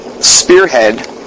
spearhead